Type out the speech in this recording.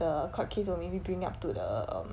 the court case will maybe bring up to the um